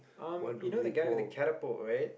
um you know the guy with the catapult right